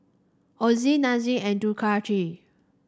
Ozi Nestum and Ducati